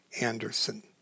Anderson